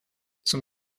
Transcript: zum